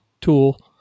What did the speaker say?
tool